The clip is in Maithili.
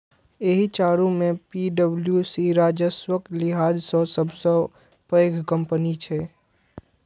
एहि चारू मे पी.डब्ल्यू.सी राजस्वक लिहाज सं सबसं पैघ कंपनी छै